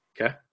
Okay